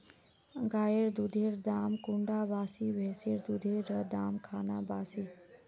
गायेर दुधेर दाम कुंडा बासी ने भैंसेर दुधेर र दाम खान बासी?